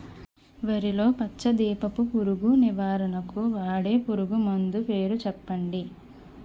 వరిలో పచ్చ దీపపు పురుగు నివారణకు వాడే పురుగుమందు పేరు చెప్పండి?